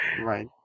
right